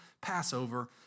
Passover